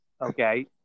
okay